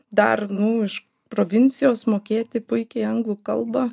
dar nu iš provincijos mokėti puikiai anglų kalbą